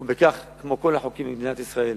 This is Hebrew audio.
ובכך, כמו כל החוקים במדינת ישראל,